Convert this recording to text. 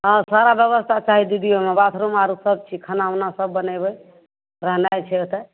हँ सारा व्यवस्था चाही दीदी हमरा बाथरूम आरु सबचीज खाना ऊना सब बनेबै रहनाइ छै ओतऽ